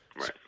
right